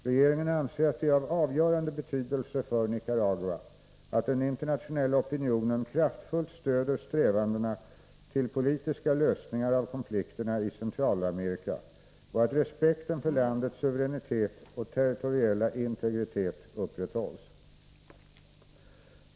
Regeringen anser att det är av avgörande betydelse för Nicaragua att den internationella opinionen kraftfullt stöder strävandena till politiska lösningar av konflikterna i Centralamerika och att respekten för landets suveränitet och territoriella integritet upprätthålls.